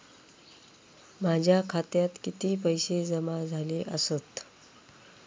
माझ्या खात्यात किती पैसे जमा झाले आसत?